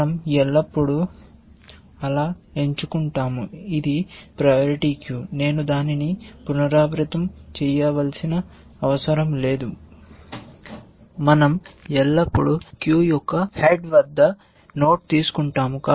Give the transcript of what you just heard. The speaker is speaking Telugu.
మన০ ఎల్లప్పుడూ అలా ఎంచుకుంటాము ఇది ప్రయారిటీ క్యూ నేను దానిని పునరావృతం చేయవలసిన అవసరం లేదు మన০ ఎల్లప్పుడూ క్యూ యొక్క హెడ్ వద్ద నోడ్ తీసుకుంటాము